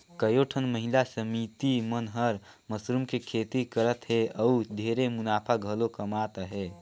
कयोठन महिला समिति मन हर मसरूम के खेती करत हें अउ ढेरे मुनाफा घलो कमात अहे